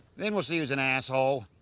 then we'll see who's an asshole.